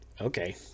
okay